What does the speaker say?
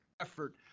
effort